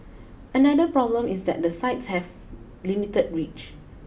another problem is that the sites have limited reach